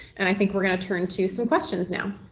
and i think we're going to turn to some questions now.